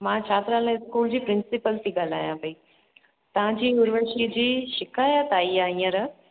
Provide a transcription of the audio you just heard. मां छात्रालय स्कूल जी प्रिंसिपल थी ॻाल्हायां पई तव्हांजी उर्वशी जी शिकायत आई आहे हींअर